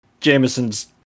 Jameson's